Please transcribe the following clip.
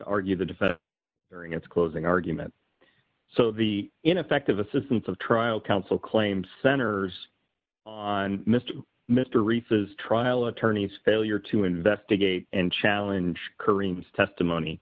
argue the defense during its closing argument so the ineffective assistance of trial counsel claim centers on mr mr reef is trial attorneys failure to investigate and challenge karim's testimony